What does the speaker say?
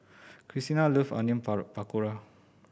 Krystina love Onion Pakora